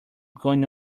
going